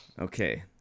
Okay